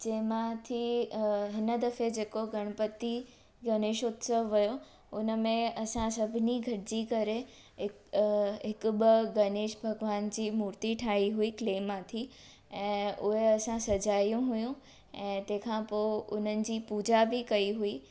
जंहिंमां थी हिन दफ़े जेको गणपति गणेश उत्सव वियो उनमें असां सभिनी गॾिजी करे हिकु ॿ गणेश भॻवान जी मूर्ति ठाही हुई क्ले मां थी ऐं उहे असां सजायूं हुइयूं ऐं तंहिंखां पोइ उन्हनि जी पूॼा बि कई हुई